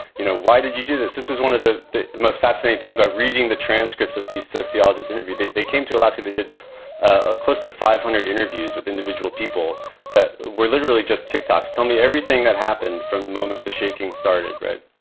you know, why did you do this? this was one of the the most fascinating things about reading the transcripts of these sociologists interview. they they came to alaska. they did ah close to five hundred interviews with individual people that were literally just tic-tacs tell me everything that happened from the moment the shaking started. right.